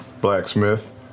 blacksmith